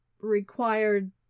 required